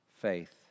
faith